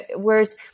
whereas